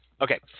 Okay